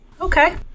Okay